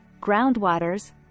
groundwaters